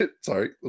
sorry